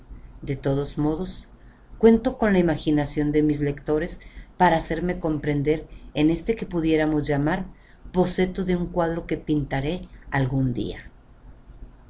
de todos modos cuento con la imaginación de mis lectores para hacerme comprender en este que pudiéramos llamar boceto de un cuadro que pintaré algún día